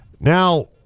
Now